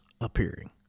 appearing